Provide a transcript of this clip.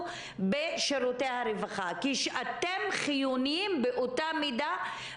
בשירותי הרווחה כי אתם חיוניים באותה מידה.